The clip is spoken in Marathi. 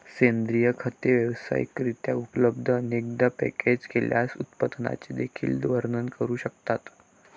सेंद्रिय खते व्यावसायिक रित्या उपलब्ध, अनेकदा पॅकेज केलेल्या उत्पादनांचे देखील वर्णन करू शकतात